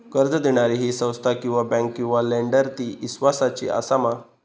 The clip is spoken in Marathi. कर्ज दिणारी ही संस्था किवा बँक किवा लेंडर ती इस्वासाची आसा मा?